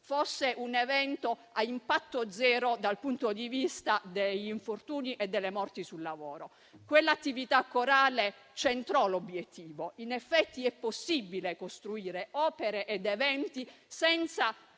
fosse a impatto zero dal punto di vista degli infortuni e delle morti sul lavoro. Quell'attività corale centrò l'obiettivo: in effetti, è possibile costruire opere ed eventi senza